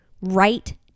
right